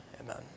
amen